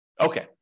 okay